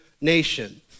nation